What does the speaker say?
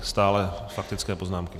Stále faktické poznámky.